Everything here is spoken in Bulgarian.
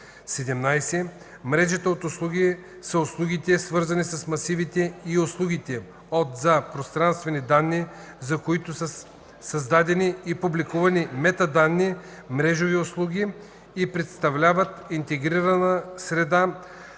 17. „Мрежата от услуги” са услугите, свързани с масивите и услугите от/за пространствени данни, за които са създадени и публикувани метаданни – мрежови услуги, и представляват интегрирана среда,